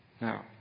Now